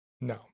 No